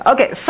Okay